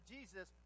Jesus